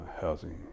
housing